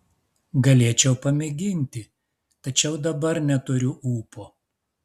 galėčiau pamėginti tačiau dabar neturiu ūpo